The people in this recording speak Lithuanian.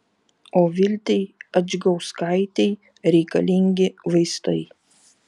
o viltei adžgauskaitei reikalingi vaistai